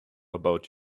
about